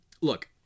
look